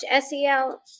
SEL